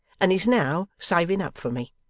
and is now saving up for me.